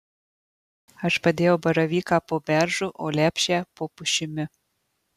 aš padėjau baravyką po beržu o lepšę po pušimi